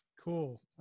Cool